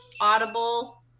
Audible